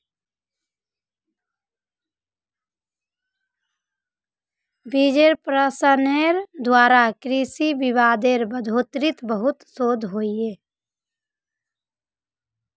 बिजेर प्रसंस्करनेर द्वारा कृषि उत्पादेर बढ़ोतरीत बहुत शोध होइए